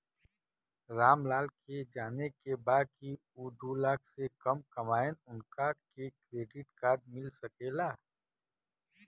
राम लाल के जाने के बा की ऊ दूलाख से कम कमायेन उनका के क्रेडिट कार्ड मिल सके ला?